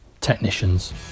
technicians